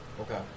Okay